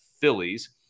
Phillies